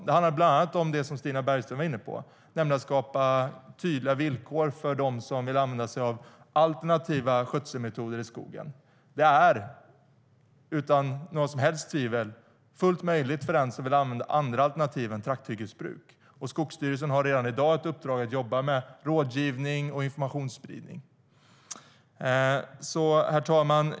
Det handlar bland annat om det som Stina Bergström var inne på, nämligen att skapa tydliga villkor för dem som vill använda sig av alternativa skötselmetoder i skogen. Utan några som helst tvivel är det fullt möjligt att använda andra alternativ än trakthyggesbruk. Skogsstyrelsen har redan i dag ett uppdrag att jobba med rådgivning och informationsspridning. Herr talman!